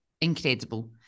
incredible